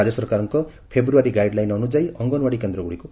ରାଜ୍ୟ ସରକାରଙ୍କ February guideline ଅନୁଯାୟୀ ଅଙ୍ଗନଓାଡ଼ି କେନ୍ଦରଗୁଡ଼ିକ ଖୋଲିଛି